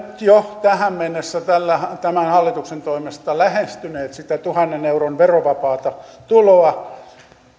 jo tähän mennessä tämän hallituksen toimesta lähestyneet sitä tuhannen euron verovapaata tuloa